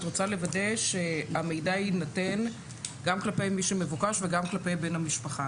את רוצה לוודא שהמידע יינתן גם כלפי מי שמבוקש וגם כלפי בן המשפחה,